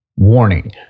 Warning